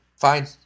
Fine